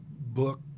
book